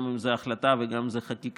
גם אם זה החלטה וגם אם זה חקיקה,